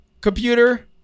computer